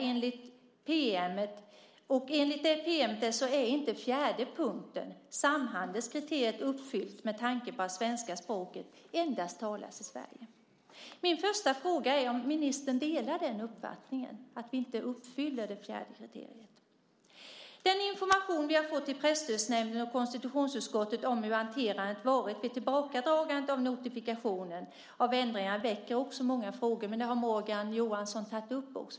Enligt detta pm är inte fjärde punkten, samhandelskriteriet, uppfyllt med tanke på att svenska språket endast talas i Sverige. Min första fråga är om ministern delar uppfattningen att vi inte uppfyller det fjärde kriteriet? Den information vi har fått i Presstödsnämnden och i konstitutionsutskottet om hur man hanterar ett tillbakadragande av notifikationen om ändringar väcker också många frågor. Men det har Morgan Johansson tagit upp.